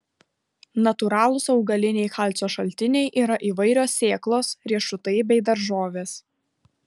natūralūs augaliniai kalcio šaltiniai yra įvairios sėklos riešutai bei daržovės